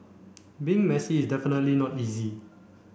being messy is definitely not easy